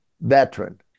veteran